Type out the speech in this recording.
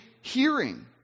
hearing